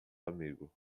amigo